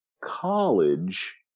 college